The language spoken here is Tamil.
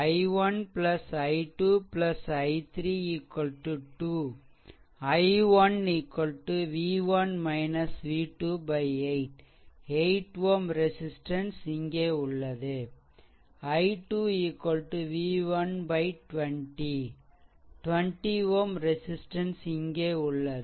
i1 i 2 i3 2 i1 v1 v2 8 8 Ω resistance இங்கே உள்ளது i 2 v1 20 20 Ω ரெசிஸ்ட்டன்ஸ் இங்கே உள்ளது